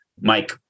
Mike